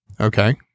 Okay